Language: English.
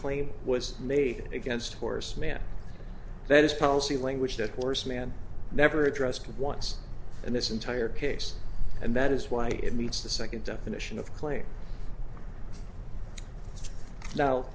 claim was made against horse man that is policy language that horse man never addressed once and this entire case and that is why it meets the second definition of claim now